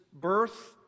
birth